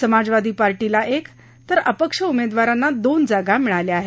समाजवादी पार्टीला एक तर अपक्ष उमेदवारांना दोन जागा मिळाल्या आहेत